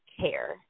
care